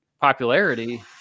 popularity